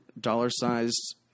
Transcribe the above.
dollar-sized